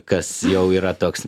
kas jau yra toks